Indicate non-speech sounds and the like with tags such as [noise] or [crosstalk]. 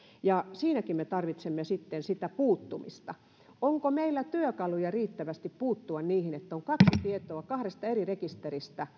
siinäkin me tarvitsemme sitten sitä puuttumista onko meillä työkaluja riittävästi puuttua niihin että on kaksi tietoa kahdesta eri rekisteristä [unintelligible]